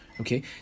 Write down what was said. Okay